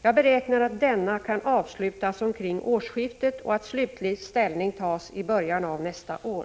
Jag beräknar att denna kan avslutas omkring årsskiftet och att slutlig ställning tas i början av nästa år.